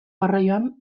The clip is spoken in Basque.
garraioan